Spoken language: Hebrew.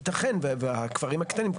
ייתכן והכפרים הקטנים,